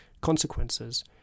consequences